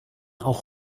auch